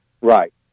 Right